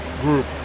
group